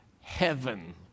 heaven